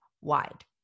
wide